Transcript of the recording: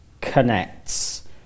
connects